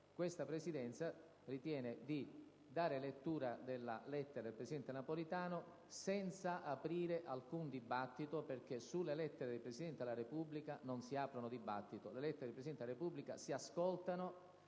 questa Presidenza ritiene di dare lettura della lettera del presidente Napolitano, senza aprire alcun dibattito, perché sulle lettere del Presidente della Repubblica non si apre dibattito. Le lettere del Presidente della Repubblica si ascoltano